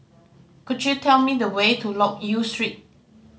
could you tell me the way to Loke Yew Street